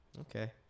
Okay